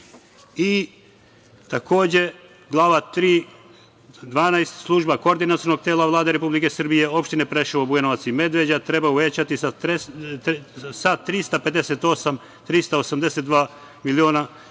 i, takođe, glava 3.12, služba Koordinacionog tela Vlade Republike Srbije opštine Preševo, Bujanovac i Medveđa, treba uvećati sa 382 miliona